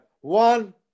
One